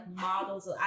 models